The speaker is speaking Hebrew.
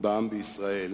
בעם בישראל,